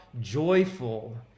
joyful